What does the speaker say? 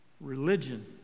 Religion